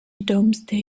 domesday